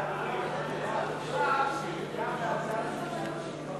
ההצעה להעביר את הצעת חוק